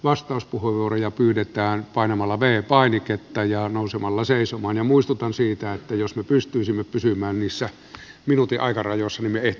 vastaus puhui nuoria pyydetään panemalla vei painiketta ja anu samalla seisomaan ja muistutan siitä että jos me pystyisimme kysymään missä minuutin aikana jos menet